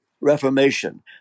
reformation